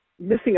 Missing